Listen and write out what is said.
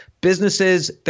businesses